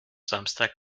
samstag